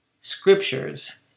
scriptures